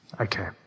okay